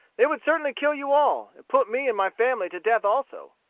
they would certainly kill you all, and put me and my family to death also.